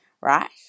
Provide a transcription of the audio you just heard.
right